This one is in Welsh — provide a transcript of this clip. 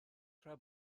tra